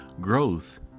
growth